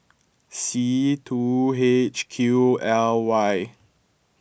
C two H Q L Y